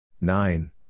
Nine